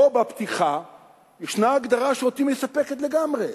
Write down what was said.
בפתיחה שלו יש הגדרה שאותי מספקת לגמרי,